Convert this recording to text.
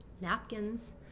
napkins